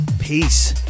Peace